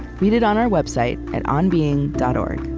read it on our website at onbeing dot o r